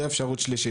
זה אפשרות שלישית.